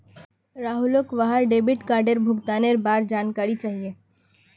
राहुलक वहार डेबिट कार्डेर भुगतानेर बार जानकारी चाहिए